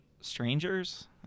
Strangers